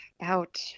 out